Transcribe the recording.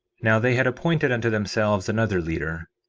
now they had appointed unto themselves another leader,